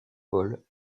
vol